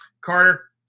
Carter